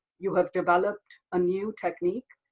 you have developed a new technique.